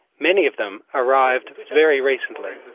many of them arrived very recently.